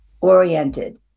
oriented